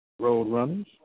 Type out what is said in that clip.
Roadrunners